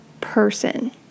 person